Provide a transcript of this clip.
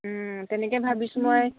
তেনেকে ভাবিছোঁ মই